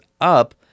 up